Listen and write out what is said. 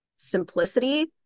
simplicity